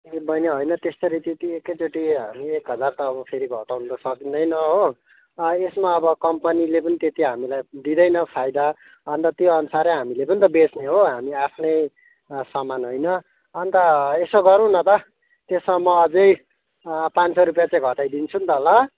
बहिनी होइन त्यसरी त्यति एकैचोटि एक हजार त अब फेरि घटाउनु त सकिँदैन हो अँ यसमा अब कम्पनीले पनि त्यति हामीलाई दिँदैन फाइदा अन्त त्यहीअनुसारै हामीले पनि बेच्ने हो हामी आफ्नै सामान होइन अन्त यसो गरौँ न त त्यसमा अझै पाँच सौ रुपियाँ चाहिँ घटाइदिन्छु नि त ल